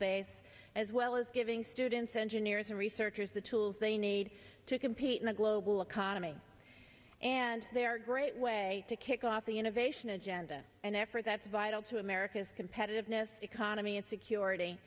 base as well as giving students engineers and researchers the tools they need to compete in the global economy and their great way to kick off the innovation agenda and effort that's vital to america's competitiveness economy and security